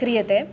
क्रियते